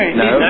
no